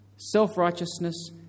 self-righteousness